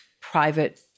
private